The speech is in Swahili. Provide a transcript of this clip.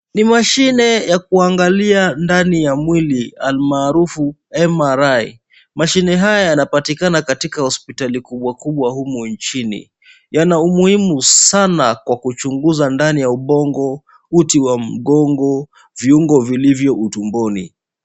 Ni mashine ya kuangalia ndani ya mwili almaarufu MRI . Mashine haya yanapatikana katika hospitali kubwa kubwa humu nchini. Yana umuhimu sana kwa kuchunguza ndani ya ubongo, uti wa mgongo, viungo vilivyo tumboni.